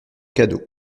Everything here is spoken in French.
cadeau